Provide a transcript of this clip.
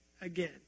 again